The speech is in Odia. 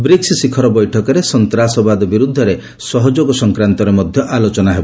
ବ୍ରିକ୍ସ ଶିଖର ବୈଠକରେ ସନ୍ତ୍ରାସବାଦ ବିରୁଦ୍ଧରେ ସହଯୋଗ ସଂକ୍ରାନ୍ତରେ ମଧ୍ୟ ଆଲୋଚନା ହେବ